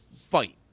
fight